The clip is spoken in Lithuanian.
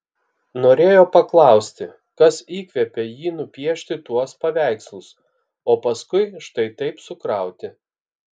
norėjo paklausti kas įkvėpė jį nupiešti tuos paveikslus o paskui štai taip sukrauti